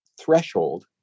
threshold